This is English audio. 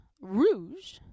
Rouge